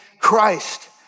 Christ